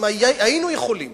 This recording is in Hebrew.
לו היינו יכולים